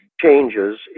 changes